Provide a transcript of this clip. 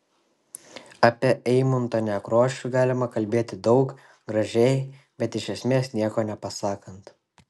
apie eimuntą nekrošių galima kalbėti daug gražiai bet iš esmės nieko nepasakant